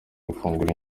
gufungura